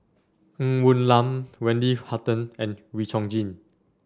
Ng Woon Lam Wendy Hutton and Wee Chong Jin